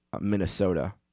Minnesota